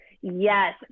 Yes